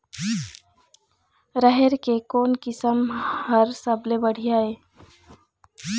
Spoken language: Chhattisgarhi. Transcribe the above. राहेर के कोन किस्म हर सबले बढ़िया ये?